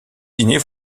dîner